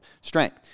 strength